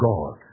God